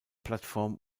platform